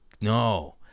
no